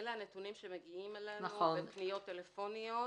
אלה הנתונים שמגיעים אלינו בפניות טלפוניות,